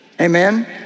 Amen